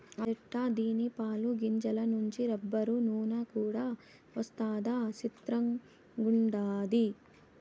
అదెట్టా దీని పాలు, గింజల నుంచి రబ్బరు, నూన కూడా వస్తదా సిత్రంగుండాది